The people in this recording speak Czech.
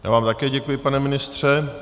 Já vám také děkuji, pane ministře.